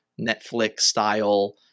Netflix-style